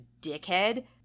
dickhead